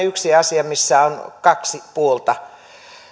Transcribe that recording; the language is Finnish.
yksi sellainen asia missä on kaksi puolta